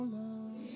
love